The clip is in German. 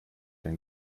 den